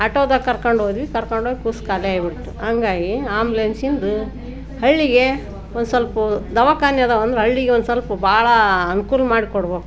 ಆಟೋದಾಗ ಕರ್ಕೊಂಡು ಹೋದ್ವಿ ಕರ್ಕೊಂಡು ಹೋಗಿ ಕುಸ್ ಖಾಲಿ ಆಗಿಬಿಡ್ತು ಹಾಗಾಗಿ ಆ್ಯಂಬುಲೆನ್ಸಿಂದು ಹಳ್ಳಿಗೆ ಒಂದು ಸ್ವಲ್ಪ ದವಾಖಾನೆ ಅದಾವ ಅಂದ್ರೆ ಹಳ್ಳಿಗೆ ಒಂದು ಸ್ವಲ್ಪ ಬಹಳ ಅನ್ಕೂಲ ಮಾಡಿಕೊಡ್ಬೇಕು